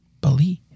Believe